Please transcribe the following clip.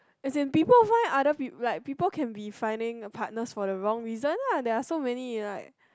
isn't people why other like people can be finding partners for a wrong reason lah there are so many like